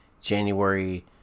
January